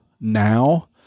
now